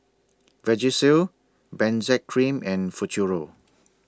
Vagisil Benzac Cream and Futuro